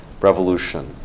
revolution